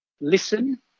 listen